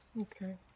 Okay